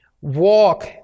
walk